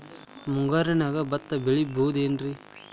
ಮುಂಗಾರಿನ್ಯಾಗ ಭತ್ತ ಬೆಳಿಬೊದೇನ್ರೇ?